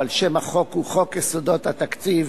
אבל שם החוק הוא חוק יסודות התקציב